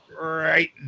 right